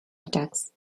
attacks